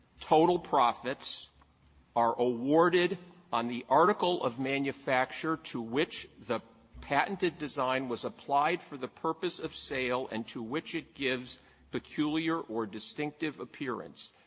total profits are awarded on the article of manufacture to which the patented design was applied for the purpose of sale and to which it gives peculiar or distinctive appearance.